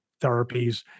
therapies